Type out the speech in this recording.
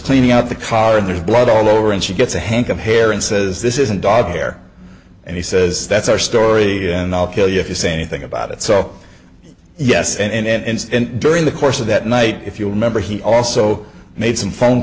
cleaning out the car and there's blood all over and she gets a hank of hair and says this isn't dog care and he says that's our story and i'll kill you if you say anything about it so yes and during the course of that night if you'll remember he also made some phone